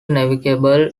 navigable